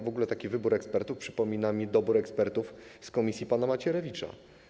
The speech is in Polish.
W ogóle taki wybór ekspertów przypomina mi dobór ekspertów z komisji pana Macierewicza.